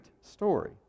story